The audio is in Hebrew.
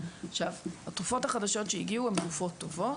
עכשיו, התרופות החדשות שהגיעו הן תרופות טובות.